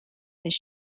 his